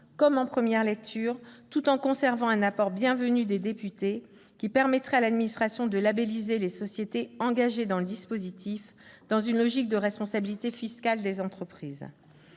confiance, tout en conservant un apport bienvenu des députés, qui permettrait à l'administration de labelliser les sociétés engagées dans le dispositif dans une logique de responsabilité fiscale des entreprises.